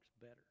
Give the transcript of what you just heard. better